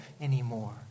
anymore